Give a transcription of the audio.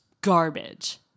garbage